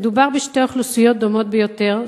"מדובר בשתי אוכלוסיות דומות ביותר,